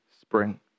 spring